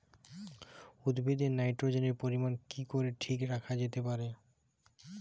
উদ্ভিদে নাইট্রোজেনের পরিমাণ কি করে ঠিক রাখা যেতে পারে?